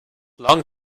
long